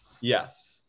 yes